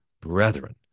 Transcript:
brethren